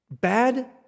Bad